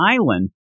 island